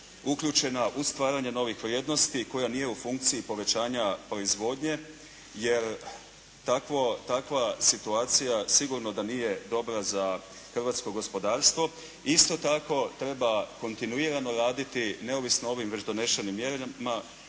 uključena u stvaranje novih vrijednosti i koja nije u funkciji povećanja proizvodnje jer takva situacija sigurno da nije dobra za hrvatsko gospodarstvo. Isto tako treba kontinuirano raditi neovisno o ovim već donešenim mjerama